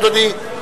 אדוני?